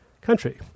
country